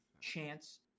chance